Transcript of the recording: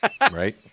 Right